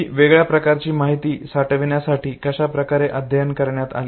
ही वेगळ्या प्रकारची माहिती साठवण्यासाठी कशा प्रकारचे अध्ययन करण्यात आले